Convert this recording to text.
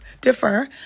differ